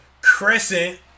Crescent